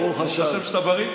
ברוך השם שאתה בריא.